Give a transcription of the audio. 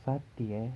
satay eh